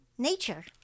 nature